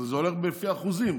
אבל זה הולך לפי אחוזים.